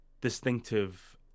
distinctive